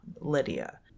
lydia